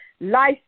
life